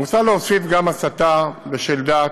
מוצע להוסיף גם: "הסתה בשל דת,